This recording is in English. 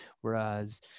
whereas